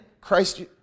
christ